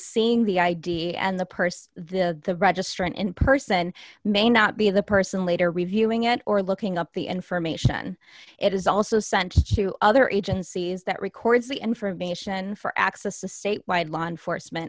seeing the id and the purse the registrant in person may not be the person later reviewing it or looking up the information it is also sent to other agencies that records the information for access to state wide law enforcement